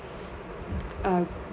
uh